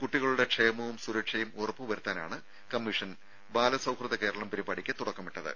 കുട്ടികളുടെ ക്ഷേമവും സുരക്ഷയും ഉറപ്പുവരുത്താനാണ് കമ്മീഷൻ ബാലാസൌഹൃദ കേരളം പരിപാടിക്ക് തുടക്കമിട്ടത്